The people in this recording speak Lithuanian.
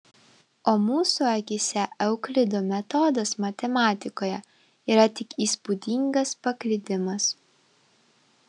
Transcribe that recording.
o mūsų akyse euklido metodas matematikoje yra tik įspūdingas paklydimas